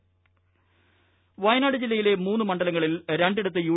വയനാട് വയനാട് ജില്ലയിലെ മൂന്ന് മണ്ഡലങ്ങളിൽ രണ്ടിടത്ത് യു